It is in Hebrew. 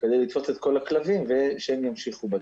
כדי לתפוס את כל הכלבים ושהם ימשיכו בטיפול.